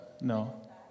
No